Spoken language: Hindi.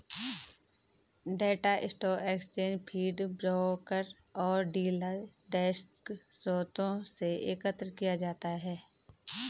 data stock exchange feed, broker और डीलर डेस्क स्रोतों से एकत्र किया जाता है